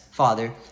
Father